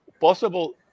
possible